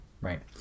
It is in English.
right